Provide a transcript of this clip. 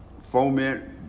foment